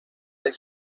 کردم